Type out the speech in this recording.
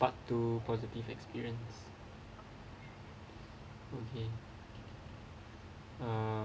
part two positive experience okay oh